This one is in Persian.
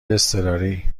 اضطراری